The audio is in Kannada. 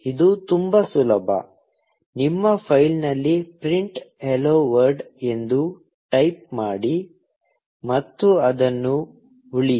ಇದು ತುಂಬಾ ಸುಲಭ ನೀವು ಫೈಲ್ನಲ್ಲಿ ಪ್ರಿಂಟ್ hello world ಎಂದು ಟೈಪ್ ಮಾಡಿ ಮತ್ತು ಅದನ್ನು ಉಳಿಸಿ